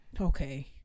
Okay